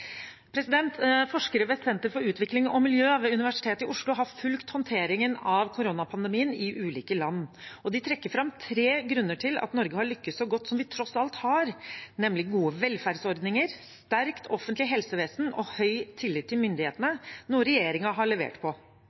Forskere ved Senter for utvikling og miljø ved Universitet i Oslo har fulgt håndteringen av koronapandemien i ulike land, og de trekker fram tre grunner til at Norge har lyktes så godt som vi tross alt har, nemlig gode velferdsordninger, et sterkt offentlig helsevesen og høy tillit til myndighetene, noe regjeringen har levert på.